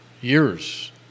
years